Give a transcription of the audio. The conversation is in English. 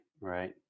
right